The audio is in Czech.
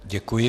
Děkuji.